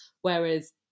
whereas